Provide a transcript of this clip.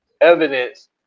evidence